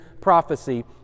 prophecy